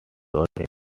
without